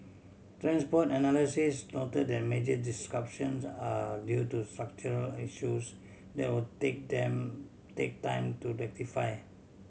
transport analysts noted that major disruptions are due to structural issues that will take time take time to rectify